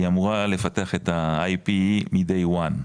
היא אמורה לפתח את ה-Ip מהיום הראשון,